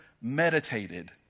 meditated